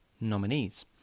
nominees